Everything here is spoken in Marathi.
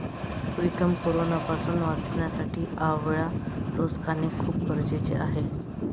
प्रीतम कोरोनापासून वाचण्यासाठी आवळा रोज खाणे खूप गरजेचे आहे